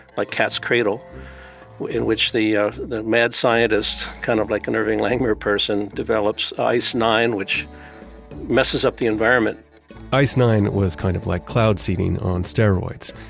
like cat's cradle in which the ah the mad scientist, kind of like an irving langmuir-person, develops ice-nine, which messes up the environment ice-nine was kind of like cloud seeding on steroids.